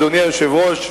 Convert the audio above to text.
אדוני היושב-ראש,